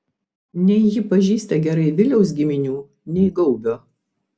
nei ji pažįsta gerai viliaus giminių nei gaubio